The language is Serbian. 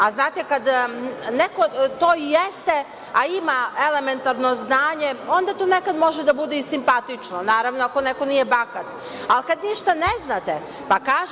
A znate kada, neko to i jeste, a ima elementarno znanje, onda to nekad može da bude i simpatično, naravno ako neko nije bahat, ali kada ništa ne znate pa kažete…